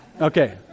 Okay